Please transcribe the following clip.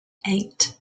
eight